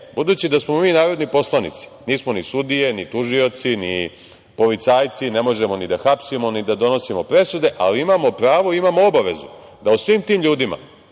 Vučić. Budući da smo mi narodni poslanici, nismo ni sudije, ni tužioci, ni policajci, ne možemo ni da hapsimo, ni da donosimo presude ali imamo pravo, imamo obavezu da o svim tim ljudima